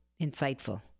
insightful